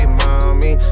mommy